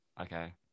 Okay